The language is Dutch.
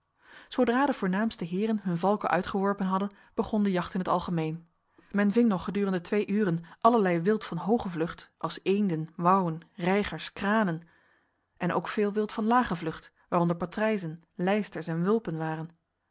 zodra de voornaamste heren hun valken uitgeworpen hadden begon de jacht in het algemeen men ving nog gedurende twee uren allerlei wild van hoge vlucht als eenden wouwen reigers kranen en ook veel wild van lage vlucht waaronder patrijzen lijsters en wulpen waren